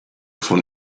von